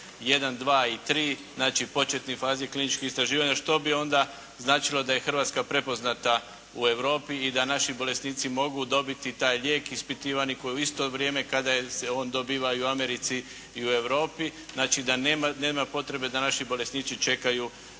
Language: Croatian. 1, 2 i 3, znači početnoj fazi kliničkih istraživanja što bi onda značilo da je Hrvatska prepoznata u Europi i da naši bolesnici mogu dobiti taj lijek ispitivani, koji u isto vrijeme kada je oni dobivaju u Americi i u Europi. Znači da nema potrebe da današnji bolesnici čekaju